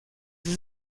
sie